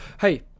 Hey